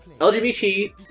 LGBT